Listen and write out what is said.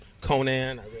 Conan